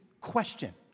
question